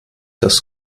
das